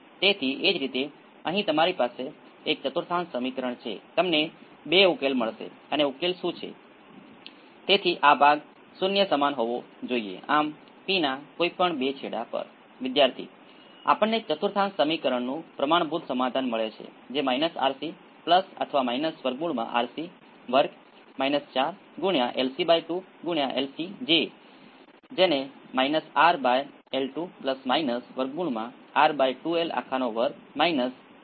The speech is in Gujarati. તેથી આ ત્રણ અથવા કંઈક છે તો શું થયું કે તે ઉપર જશે અને પછી હકીકતમાં તે લોગેરિથમિક પ્લોટ આ વિસ્તારની વસ્તુઓને આવરી લેવા માટે સારું નથી આ વસ્તુઓ તે અહીં કરશે તે એકમ છે અને અહીં તે આગળ 1 ઓવર ω વર્ગ થી વધે છે